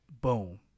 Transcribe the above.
boom